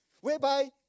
Whereby